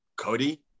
Cody